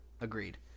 Agreed